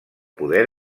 poder